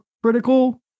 critical